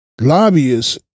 lobbyists